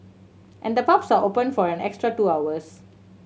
and the pubs are open for an extra two hours